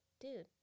Dude